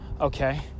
okay